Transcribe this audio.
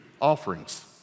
offerings